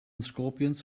scorpions